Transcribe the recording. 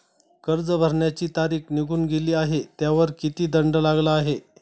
कर्ज भरण्याची तारीख निघून गेली आहे त्यावर किती दंड लागला आहे?